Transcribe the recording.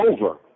over